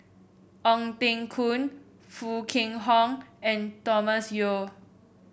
Ong Teng Koon Foo Kwee Horng and Thomas Yeo